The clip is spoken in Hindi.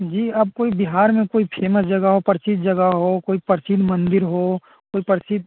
जी आप कोई बिहार में कोई फेमस जगह हो परिचित जगह हो कोई प्राचीन मंदिर हो कोई परिचित